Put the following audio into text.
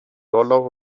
dollar